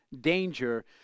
danger